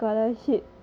like